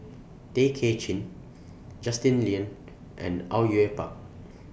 Tay Kay Chin Justin Lean and Au Yue Pak